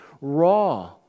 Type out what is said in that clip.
raw